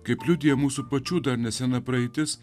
kaip liudija mūsų pačių dar nesena praeitis